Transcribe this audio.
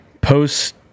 post